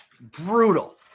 Brutal